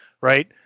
right